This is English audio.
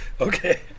okay